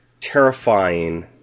terrifying